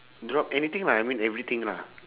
drop anything lah I mean everything lah